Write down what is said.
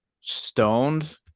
stoned